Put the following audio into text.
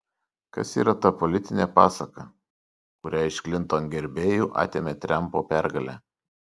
kas yra ta politinė pasaka kurią iš klinton gerbėjų atėmė trampo pergalė